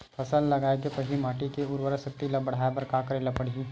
फसल लगाय के पहिली माटी के उरवरा शक्ति ल बढ़ाय बर का करेला पढ़ही?